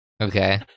Okay